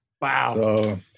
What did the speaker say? Wow